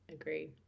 agree